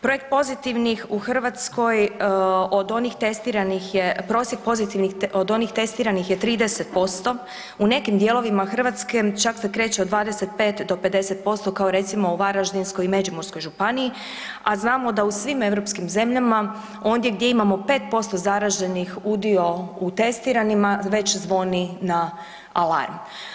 Broj pozitivnih u Hrvatskoj od onih testiranih prosjek pozitivnih od onih testiranih je 30% u nekim dijelovima Hrvatske čak se kreće od 25 do 50% kao recimo u Varaždinskoj i Međimurskoj županiji, a znamo da u svim europskim zemljama ondje gdje imamo 5% zaraženih udio u testiranima već zvoni na alarm.